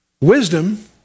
Wisdom